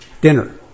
dinner